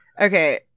Okay